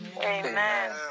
Amen